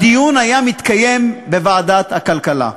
הדיון היה מתקיים בוועדת הכלכלה.